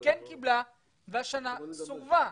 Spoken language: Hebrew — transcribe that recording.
כן קיבלה והשנה סורבה.